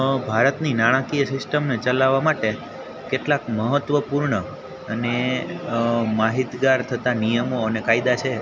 ભારતની નાણાંકીય સિસ્ટમને ચલાવા માટે કેટલાક મહત્વપૂર્ણ અને માહિતગાર થતા નિયમો અને કાયદા છે